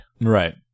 Right